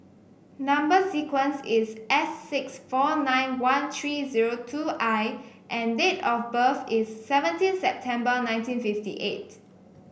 number sequence is S six four nine one three zero two I and date of birth is seventeen September nineteen fifty eight